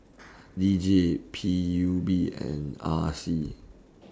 D J P U B and R C